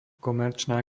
komerčná